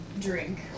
drink